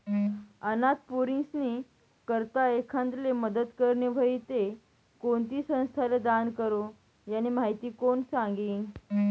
अनाथ पोरीस्नी करता एखांदाले मदत करनी व्हयी ते कोणती संस्थाले दान करो, यानी माहिती कोण सांगी